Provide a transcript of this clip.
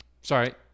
Sorry